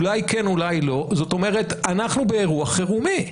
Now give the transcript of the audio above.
אולי כן אולי לא, זאת אומרת, אנחנו באירוע חירומי.